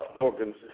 organs